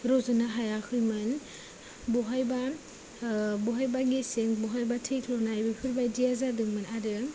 रज'नो हायाखैमोन बहायबा बहायबा गेसें बहायबा थैख्ल'नाय बेफोरबायदिया जादोंमोन आरो